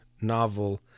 novel